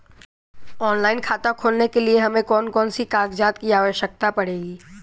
Online खाता खोलने के लिए हमें कौन कौन से कागजात की आवश्यकता पड़ेगी?